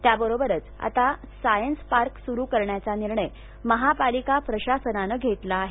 त्याबरोबरच आता science park सुरू करण्याचा निर्णय महापालिका प्रशासनाने घेतला आहे